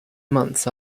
months